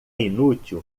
inútil